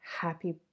happy